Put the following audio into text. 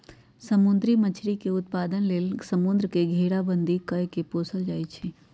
समुद्री मछरी के उत्पादन लेल समुंद्र के घेराबंदी कऽ के पोशल जाइ छइ